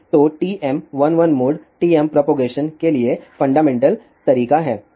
तो TM11 mode TM propagation के लिए फंडामेंटल तरीका है